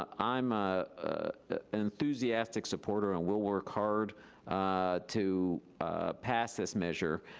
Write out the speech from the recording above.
um i'm ah an enthusiastic supporter, and we'll work hard to pass this measure,